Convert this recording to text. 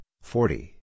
forty